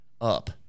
up